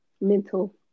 mental